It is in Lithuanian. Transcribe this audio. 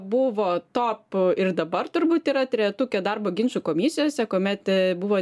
buvo top ir dabar turbūt yra trejetuke darbo ginčų komisijose kuomet buvo